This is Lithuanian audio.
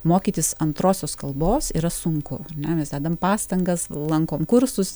mokytis antrosios kalbos yra sunku ne mes dedam pastangas lankom kursus